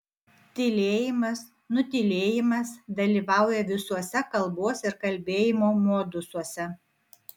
tylėjimas nutylėjimas dalyvauja visuose kalbos ir kalbėjimo modusuose